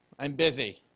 i'm busy.